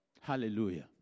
Hallelujah